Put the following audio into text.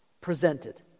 presented